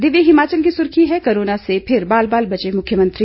दिव्य हिमाचल की सुर्खी है कोरोना से फिर बाल बाल बचे मुख्यमंत्री